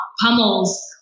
pummels